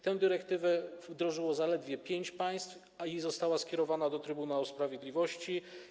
Tę dyrektywę wdrożyło zaledwie pięć państw i została ona skierowana do Trybunału Sprawiedliwości.